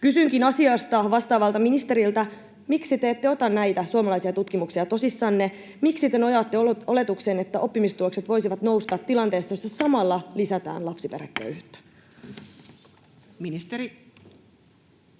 Kysynkin asiasta vastaavalta ministeriltä: Miksi te ette ota näitä suomalaisia tutkimuksia tosissanne? Miksi te nojaatte oletukseen, että oppimistulokset voisivat nousta tilanteessa, jossa samalla lisätään lapsiperheköyhyyttä? Ministeri